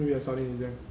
wait sorry exam